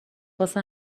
واسه